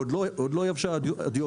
ועוד לא יבשה הדיו,